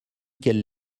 qu’elles